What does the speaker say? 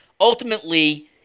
ultimately